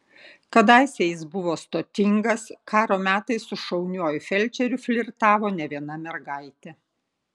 kadaise jis buvo stotingas karo metais su šauniuoju felčeriu flirtavo ne viena mergaitė